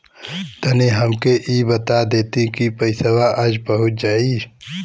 तनि हमके इ बता देती की पइसवा आज पहुँच जाई?